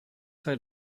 sei